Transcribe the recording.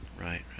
Right